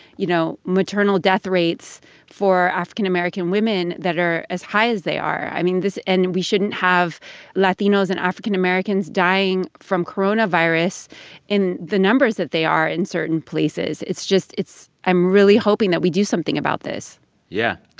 you know, maternal death rates for african american women that are as high as they are. i mean, this and we shouldn't have latinos and african americans dying from coronavirus in the numbers that they are in certain places. it's just it's i'm really hoping that we do something about this yeah.